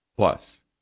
Plus